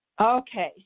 Okay